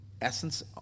essence